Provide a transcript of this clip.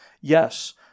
Yes